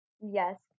Yes